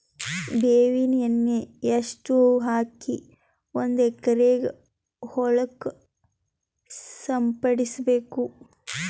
ಬೇವಿನ ಎಣ್ಣೆ ಎಷ್ಟು ಹಾಕಿ ಒಂದ ಎಕರೆಗೆ ಹೊಳಕ್ಕ ಸಿಂಪಡಸಬೇಕು?